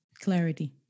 clarity